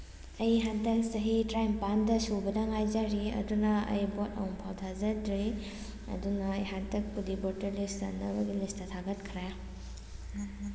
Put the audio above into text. ꯑꯩ ꯍꯟꯗꯛ ꯆꯍꯤ ꯇꯔꯥꯅꯤꯄꯥꯜꯗ ꯁꯨꯕꯇ ꯉꯥꯏꯖꯔꯤ ꯑꯗꯨꯅ ꯑꯩ ꯚꯣꯠ ꯑꯃꯨꯛꯐꯧ ꯊꯥꯗꯗ꯭ꯔꯤ ꯑꯗꯨꯅ ꯍꯟꯗꯛꯄꯨꯗꯤ ꯚꯣꯇꯔ ꯂꯤꯁꯠ ꯆꯟꯅꯕꯒꯤ ꯂꯤꯁꯠꯇ ꯊꯥꯒꯠꯈ꯭ꯔꯦ